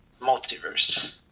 multiverse